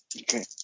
Okay